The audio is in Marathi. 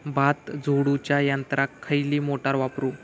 भात झोडूच्या यंत्राक खयली मोटार वापरू?